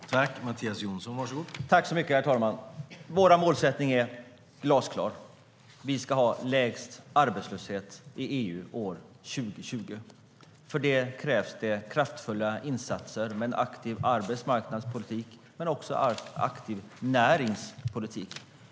STYLEREF Kantrubrik \* MERGEFORMAT Regional tillväxtpolitikHerr talman! Vår målsättning är glasklar: Vi ska ha lägst arbetslöshet i EU år 2020. För det krävs det kraftfulla insatser med en aktiv arbetsmarknadspolitik men också en aktiv näringspolitik.